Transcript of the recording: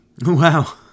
Wow